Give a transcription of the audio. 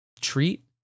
treat